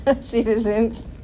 citizens